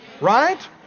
Right